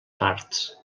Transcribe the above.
parts